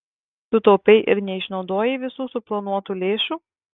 sutaupei ir neišnaudojai visų suplanuotų lėšų